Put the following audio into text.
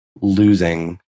losing